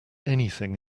anything